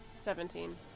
Seventeen